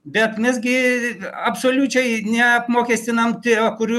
bet mes gi absoliučiai neapmokestinam tie kurie